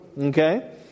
okay